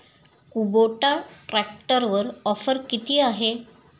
Kubota ट्रॅक्टरवर offer किती आहे?